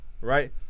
right